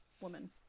woman